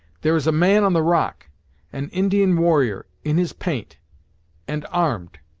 there is a man on the rock an indian warrior, in his paint and armed!